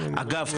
אגב,